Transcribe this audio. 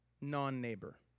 non-neighbor